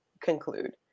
conclude